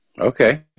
Okay